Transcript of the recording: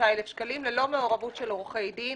25,000 שקלים, ללא מעורבות של עורכי דין.